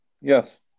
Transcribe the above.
Yes